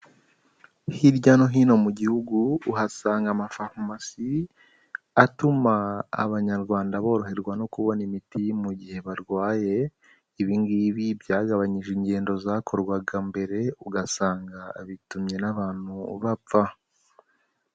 Hirya no hino mu gihugu uhasanga amafarumasi, atuma Abanyarwanda boroherwa no kubona imiti mu gihe barwaye, ibi ngibi byagabanyije ingendo zakorwaga mbere ugasanga bitumye n'abantu bapfa.